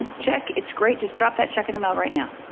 and check, it's great. just drop that check in the mail right now.